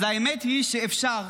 אז האמת היא שאפשר.